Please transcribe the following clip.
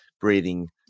breathing